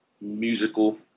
musical